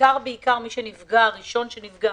והראשון שנפגע